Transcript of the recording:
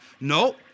No